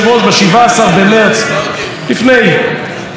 לפני עוד מעט ארבע שנים כבר.